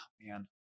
man